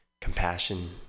compassion